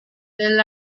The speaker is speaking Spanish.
del